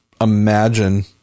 imagine